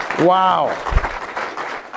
Wow